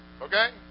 okay